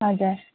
हजुर